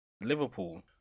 Liverpool